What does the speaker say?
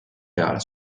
peale